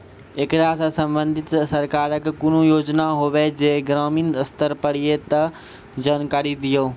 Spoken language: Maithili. ऐकरा सऽ संबंधित सरकारक कूनू योजना होवे जे ग्रामीण स्तर पर ये तऽ जानकारी दियो?